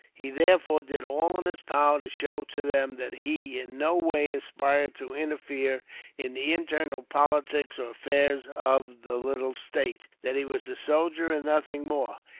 he therefore did all in his power to show to them that he, in no way, aspired to interfere in the internal politics or affairs of the little state that he was a soldier and nothing more.